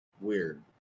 weird